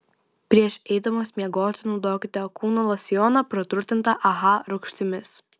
prieš eidamos miegoti naudokite kūno losjoną praturtintą aha rūgštimis